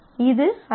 இது அடிப்படை